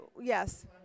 yes